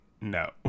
No